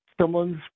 someone's